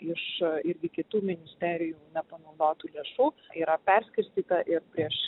iš irgi kitų ministerijų nepanaudotų lėšų yra perskirstyta ir prieš